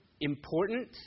important